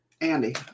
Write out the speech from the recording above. Andy